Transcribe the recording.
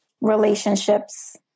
relationships